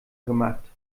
gemacht